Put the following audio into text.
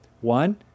One